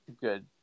good